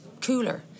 cooler